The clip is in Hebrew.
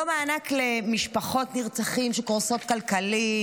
לא מענק למשפחות נרצחים שקורסות כלכלית,